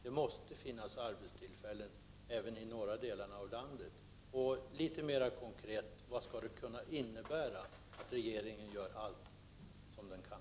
Det måste finnas arbetstillfällen även i de norra delarna av landet. Vad innebär det litet mera konkret att regeringen gör allt vad den kan?